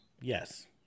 Yes